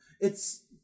It's-